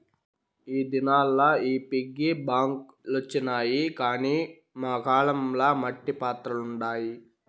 ఈ దినాల్ల ఈ పిగ్గీ బాంక్ లొచ్చినాయి గానీ మా కాలం ల మట్టి పాత్రలుండాయి